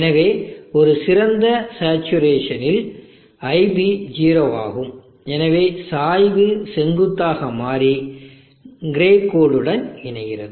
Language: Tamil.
எனவே ஒரு சிறந்த சேர்ச்சுரேஷனில் RB 0 ஆகும் எனவே சாய்வு செங்குத்தாக மாறி க்ரே கோடுடன் இணைகிறது